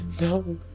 No